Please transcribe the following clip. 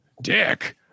Dick